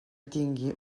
tingui